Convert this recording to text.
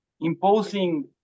imposing